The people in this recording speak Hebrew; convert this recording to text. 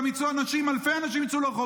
גם אם יצאו אלפי אנשים לרחובות.